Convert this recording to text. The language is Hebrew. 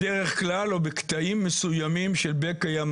בדרך כלל או בקטעים מסוימים של בקע ים